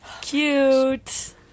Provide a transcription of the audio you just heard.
cute